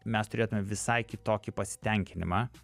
mes turėtume visai kitokį pasitenkinimą